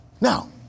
Now